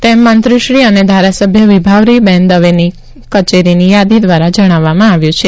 તેમ મંત્રીશ્રી અને ધારાસભ્ય વિભાવરીબેન દવેની કચેરીની યાદી દ્વારા જણાવવામાં આવ્યું છે